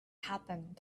happen